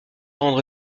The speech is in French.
rendre